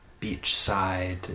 beachside